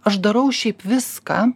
aš darau šiaip viską